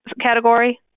category